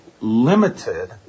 limited